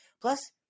Plus